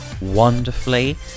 wonderfully